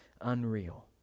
unreal